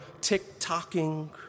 tick-tocking